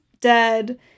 dead